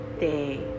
day